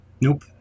nope